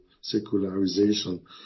secularization